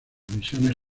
misiones